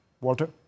Walter